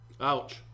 Ouch